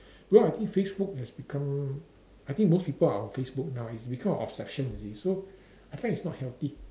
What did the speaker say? though I think Facebook has become I think most people are on Facebook now is because of obsession you see so I find it's not healthy